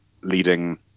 leading